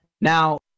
Now